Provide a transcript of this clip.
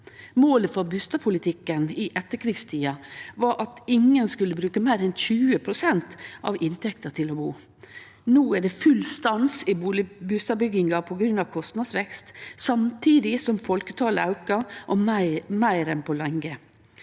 Målet for bustadpolitikken i etterkrigstida var at ingen skulle bruke meir enn 20 pst. av inntekta til å bu. No er det full stans i bustadbygginga grunna kostnadsvekst, samtidig som folketalet aukar, og meir enn på lenge.